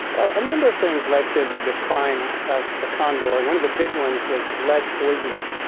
a number of things led to the decline of the condor. one of the big ones was lead poisoning.